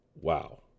wow